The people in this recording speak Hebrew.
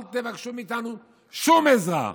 אל תבקשו מאיתנו שום עזרה.